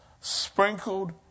sprinkled